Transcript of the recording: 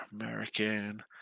American